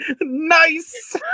Nice